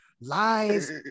Lies